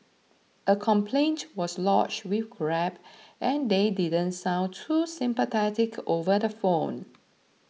a complaint was lodged with Grab and they didn't sound too sympathetic over the phone